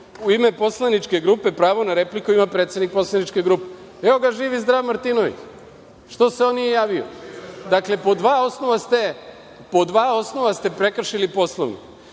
u ime poslaničke grupe pravo na repliku ima predsednik poslaničke grupe. Evo ga živ i zdrav gospodin Martinović, što se on nije javio? Dakle, po dva osnova ste prekršili Poslovnik.